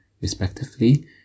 respectively